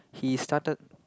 he started